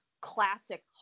classic